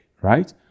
right